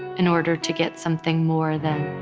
in order to get something more than,